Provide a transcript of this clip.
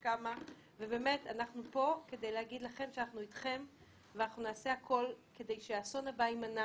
אנחנו פה כדי להגיד לכם שאנחנו אתכם ושנעשה הכול כדי שהאסון הבא יימנע.